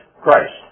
Christ